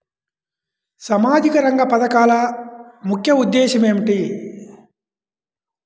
సామాజిక రంగ పథకాల ముఖ్య ఉద్దేశం ఏమిటీ?